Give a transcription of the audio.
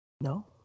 No